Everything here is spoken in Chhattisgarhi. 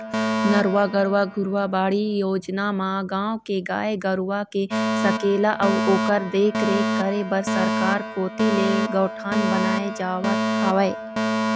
नरूवा, गरूवा, घुरूवा, बाड़ी योजना म गाँव के गाय गरूवा के सकेला अउ ओखर देखरेख करे बर सरकार कोती ले गौठान बनाए जावत हवय